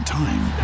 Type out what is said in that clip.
time